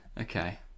Okay